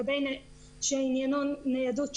שעניינו ניידות צ'קים,